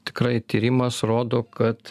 tikrai tyrimas rodo kad